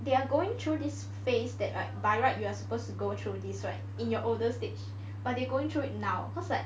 they are going through this phase that right by right you are supposed to go through this right in your older stage but they're going through it now cause like